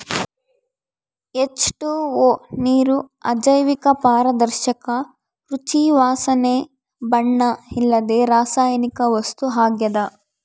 H two O ನೀರು ಅಜೈವಿಕ ಪಾರದರ್ಶಕ ರುಚಿ ವಾಸನೆ ಬಣ್ಣ ಇಲ್ಲದ ರಾಸಾಯನಿಕ ವಸ್ತು ಆಗ್ಯದ